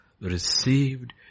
received